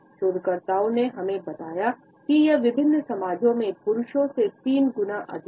शोधकर्ताओं ने हमें बताया कि यह विभिन्न समाजों में पुरुषों से तीन गुना अधिक है